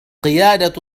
قيادة